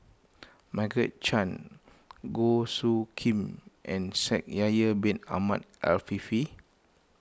Margaret Chan Goh Soo Khim and Shaikh Yahya Bin Ahmed Afifi